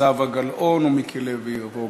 זהבה גלאון, ומיקי לוי יבוא בהמשך.